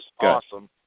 awesome